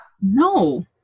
no